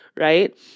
Right